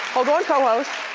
hold on, co-host.